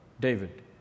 David